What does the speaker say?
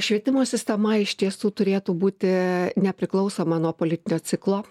švietimo sistema iš tiesų turėtų būti nepriklausoma nuo politinio ciklo